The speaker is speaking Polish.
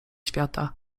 świata